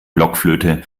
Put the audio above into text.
blockflöte